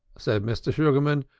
said mr. sugarman,